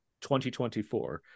2024